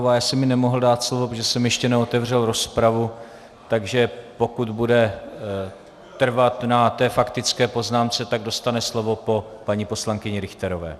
Já jsem jí nemohl dát slovo, protože jsem ještě neotevřel rozpravu, takže pokud bude trvat na té faktické poznámce, tak dostane slovo po paní poslankyni Richterové.